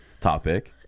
topic